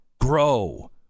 Grow